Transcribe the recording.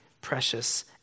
precious